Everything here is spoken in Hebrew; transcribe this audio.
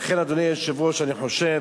לכן, אדוני היושב-ראש, אני חושב